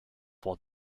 while